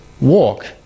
walk